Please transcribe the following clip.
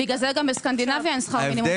בגלל זה גם בסקנדינביה אין שכר מינימום,